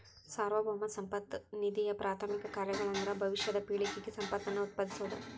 ಸಾರ್ವಭೌಮ ಸಂಪತ್ತ ನಿಧಿಯಪ್ರಾಥಮಿಕ ಕಾರ್ಯಗಳಂದ್ರ ಭವಿಷ್ಯದ ಪೇಳಿಗೆಗೆ ಸಂಪತ್ತನ್ನ ಉತ್ಪಾದಿಸೋದ